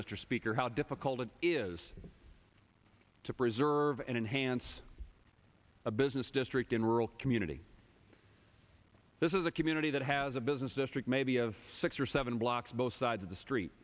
mr speaker how difficult it is to preserve and enhance a business district in rural community this is a community that has a business district maybe of six or seven blocks both sides of the street